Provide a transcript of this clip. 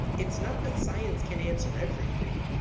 it's not that science can answer everything.